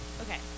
okay